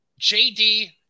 JD